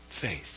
faith